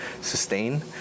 sustain